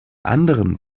anderen